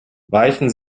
weichen